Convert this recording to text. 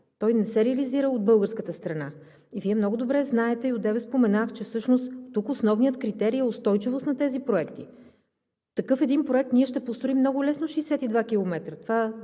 Той не се реализира от българската страна. Вие много добре знаете и одеве споменах, че всъщност тук основният критерий е устойчивост на тези проекти. По такъв проект ние много лесно ще построим 62 км. Това